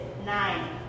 Nine